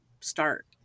start